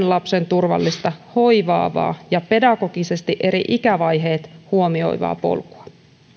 lapsen turvallista hoivaavaa ja pedagogisesti eri ikävaiheet huomioivaa polkua